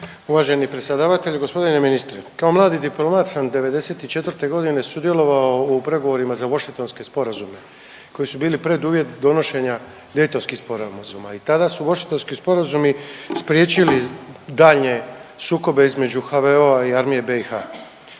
Uvaženi predsjedavatelju, gospodine ministre. Kao mladi diplomat sam '94.g. sudjelovao u pregovorima za vašingtonske sporazume koji su bili preduvjet donošenja dejtonskih sporazuma i tada su vašingtonski sporazumi spriječili daljnje sukobe između HVO-a i Armije BiH.